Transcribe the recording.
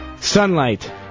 Sunlight